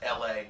LA